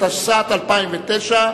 התשס"ט 2009,